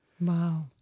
Wow